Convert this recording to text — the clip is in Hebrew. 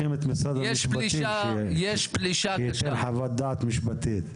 אנחנו צריכים את משרד המשפטים שייתן חוות דעת משפטית.